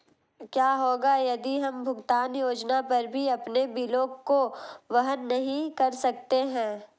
क्या होगा यदि हम भुगतान योजना पर भी अपने बिलों को वहन नहीं कर सकते हैं?